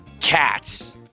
Cats